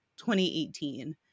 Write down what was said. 2018